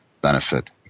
benefit